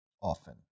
often